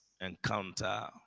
encounter